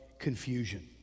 confusion